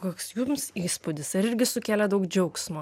koks jums įspūdis ar irgi sukėlė daug džiaugsmo